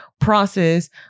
process